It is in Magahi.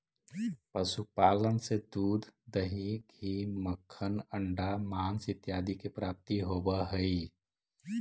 पशुपालन से दूध, दही, घी, मक्खन, अण्डा, माँस इत्यादि के प्राप्ति होवऽ हइ